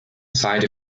side